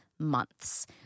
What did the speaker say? Months